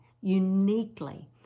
Uniquely